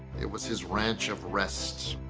it was his ranch of rest.